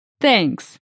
Thanks